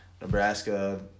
Nebraska